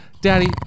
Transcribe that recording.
Daddy